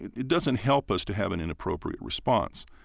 it doesn't help us to have an inappropriate response,